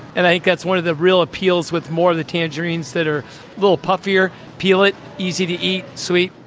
and i think that's one of the real appeals with more of the tangerines that are a little puffier peel it, easy to eat, sweet.